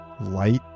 light